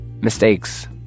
Mistakes